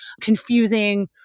confusing